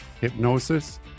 hypnosis